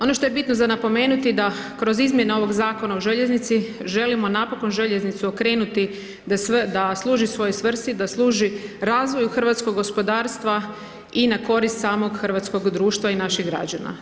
Ono što je bitno za napomenuti da, kroz izmjene ovog Zakona o željeznici, želimo napokon željeznicu okrenuti da služi svojoj svrsi, da služi razvoju hrvatskog gospodarstva i na korist samog hrvatskog društva i naših građana.